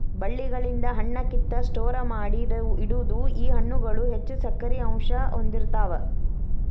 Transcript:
ಬಳ್ಳಿಗಳಿಂದ ಹಣ್ಣ ಕಿತ್ತ ಸ್ಟೋರ ಮಾಡಿ ಇಡುದು ಈ ಹಣ್ಣುಗಳು ಹೆಚ್ಚು ಸಕ್ಕರೆ ಅಂಶಾ ಹೊಂದಿರತಾವ